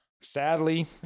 sadly